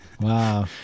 Wow